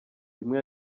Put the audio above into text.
rimwe